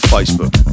Facebook